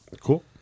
Cool